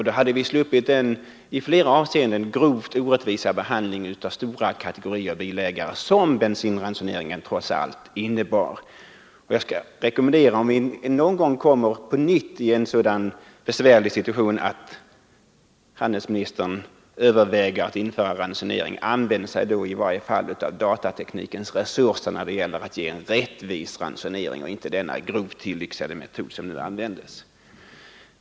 Då hade vi också sluppit den i flera avseenden grovt orättvisa behandlingen av stora kategorier bilägare som bensinransoneringen trots allt innebar. Om vi någon gång på nytt kommer i en sådan besvärlig situation att handelsministern överväger ransonering, skulle jag vilja rekommendera att man använder sig av datateknikens resurser när det gäller att ge en rättvis ransonering och inte denna grovt tillyxade metod som nu användes.